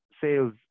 sales